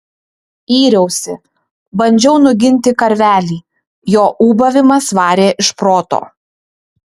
yriausi bandžiau nuginti karvelį jo ūbavimas varė iš proto